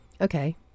Okay